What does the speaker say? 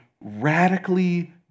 radically